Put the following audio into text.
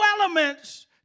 elements